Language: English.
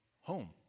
home